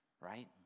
right